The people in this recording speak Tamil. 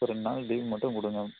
ஒரு ரெண்டு நாள் லீவு மட்டும் கொடுங்க